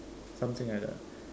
something like that